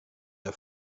der